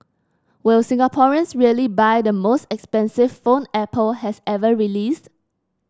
will Singaporeans really buy the most expensive phone Apple has ever released